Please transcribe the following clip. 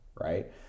right